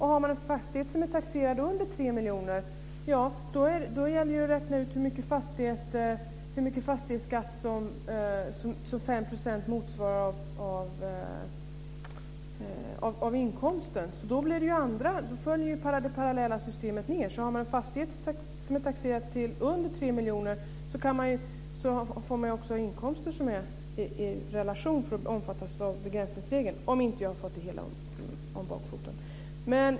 Har man en fastighet som är taxerad till under 3 miljoner gäller det att räkna ut hur mycket fastighetsskatt som 5 % av inkomsten motsvarar. Då följer det parallella systemet med. Har man en fastighet som är taxerad till under 3 miljoner får man också ha inkomster som är i relation för att omfattas av begränsningsregeln, om inte jag har fått det hela om bakfoten.